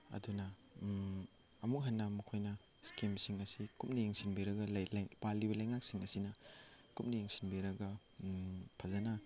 ꯑꯗꯨꯅ ꯑꯃꯨꯛꯍꯟꯅ ꯃꯈꯣꯏꯅ ꯏꯁꯀꯤꯝꯁꯤꯡ ꯑꯁꯤ ꯀꯨꯞꯅ ꯌꯦꯡꯁꯤꯟꯕꯤꯔꯒ ꯄꯥꯜꯂꯤꯕ ꯂꯩꯉꯥꯛꯁꯤꯡ ꯑꯁꯤꯅ ꯀꯨꯞꯅ ꯌꯦꯡꯁꯤꯟꯕꯤꯔꯒ ꯐꯖꯅ